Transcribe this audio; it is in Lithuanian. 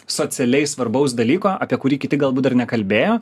socialiai svarbaus dalyko apie kurį kiti galbūt dar nekalbėjo